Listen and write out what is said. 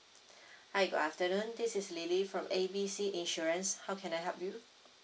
hi good afternoon this is lily from A B C insurance how can I help you